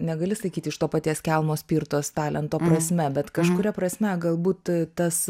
negali sakyt iš to paties kelmo spirtos talento prasme bet kažkuria prasme galbūt tas